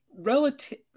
relative